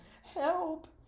help